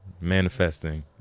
manifesting